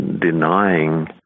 denying